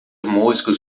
músicos